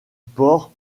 port